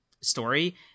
story